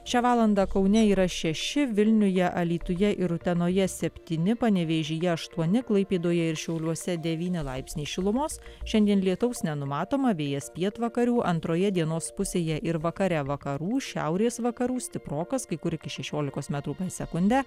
šią valandą kaune yra šeši vilniuje alytuje ir utenoje septyni panevėžyje aštuoni klaipėdoje ir šiauliuose devyni laipsniai šilumos šiandien lietaus nenumatoma vėjas pietvakarių antroje dienos pusėje ir vakare vakarų šiaurės vakarų stiprokas kai kur iki šešiolikos metrų per sekundę